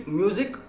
music